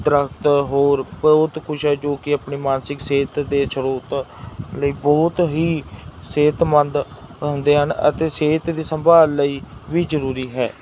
ਦਰਖਤ ਹੋਰ ਬਹੁਤ ਕੁਛ ਹੈ ਜੋ ਕਿ ਆਪਣੀ ਮਾਨਸਿਕ ਸਿਹਤ ਦੇ ਸਰੋਤ ਲਈ ਬਹੁਤ ਹੀ ਸਿਹਤਮੰਦ ਹੁੰਦੇ ਹਨ ਅਤੇ ਸਿਹਤ ਦੀ ਸੰਭਾਲ ਲਈ ਵੀ ਜ਼ਰੂਰੀ ਹੈ